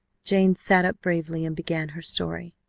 jane sat up bravely and began her story.